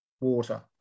water